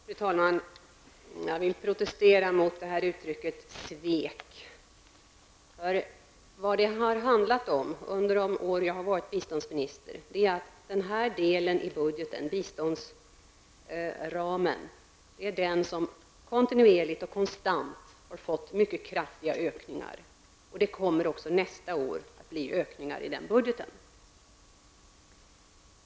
Fru talman! Jag vill protestera mot uttrycket svek. Vad det har handlat om under de år när jag har varit biståndsminister är att den aktuella delen av budgeten, biståndsramen, kontinuerligt och konstant har fått mycket kraftiga ökningar. Det kommer även nästa år att bli ökningar inom biståndsramen.